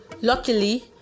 luckily